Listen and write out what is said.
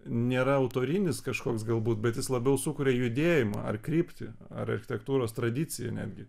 nėra autorinis kažkoks galbūt bet jis labiau sukuria judėjimą ar kryptį ar architektūros tradiciją netgi